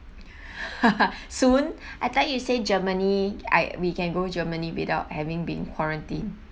soon I thought you say germany I we can go germany without having being quarantined